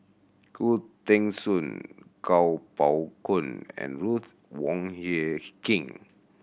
Khoo Teng Soon Kuo Pao Kun and Ruth Wong Hie King